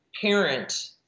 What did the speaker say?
parent